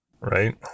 Right